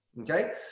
Okay